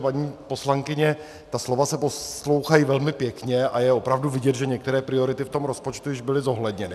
Paní poslankyně, ta slova se poslouchají velmi pěkně a je opravdu vidět, že některé priority v tom rozpočtu již byly zohledněny.